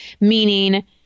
meaning